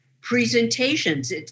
presentations